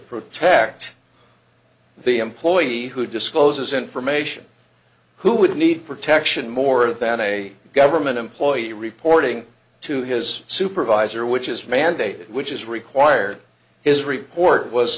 protect the employee who discloses information who would need protection more than a government employee reporting to his supervisor which is mandated which is required his report was